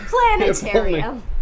planetarium